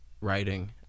writing